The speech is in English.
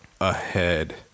ahead